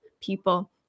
people